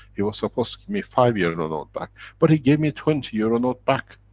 he was supposed to give me five euro and note back, but he gave me twenty euro note back,